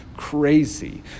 crazy